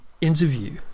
interview